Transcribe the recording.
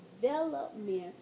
development